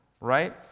right